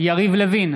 יריב לוין,